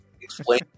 explain